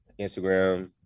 Instagram